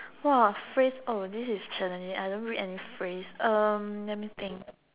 !wah! phrase oh this is challenging I don't read any phrase um let me think